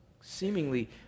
seemingly